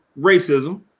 racism